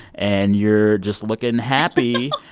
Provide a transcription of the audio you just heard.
and you're just looking happy,